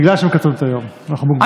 בגלל שמקצרים את היום, אנחנו מוגבלים בזמן.